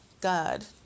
God